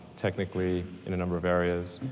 technically in a number of areas,